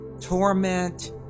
torment